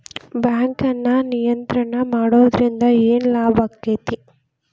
ಬ್ಯಾಂಕನ್ನ ನಿಯಂತ್ರಣ ಮಾಡೊದ್ರಿಂದ್ ಏನ್ ಲಾಭಾಕ್ಕತಿ?